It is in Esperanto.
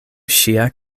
ŝia